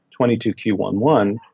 22Q11